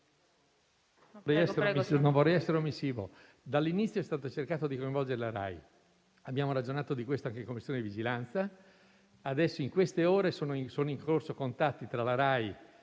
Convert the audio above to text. Non vorrei essere omissivo. Dall'inizio si è cercato di coinvolgere la RAI. Abbiamo ragionato di questo anche in Commissione vigilanza. In queste ore sono in corso contatti tra la RAI